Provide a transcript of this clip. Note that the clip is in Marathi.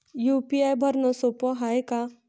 यू.पी.आय भरनं सोप हाय का?